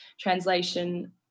translation